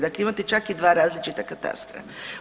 Dakle imate čak i dva različita katastra.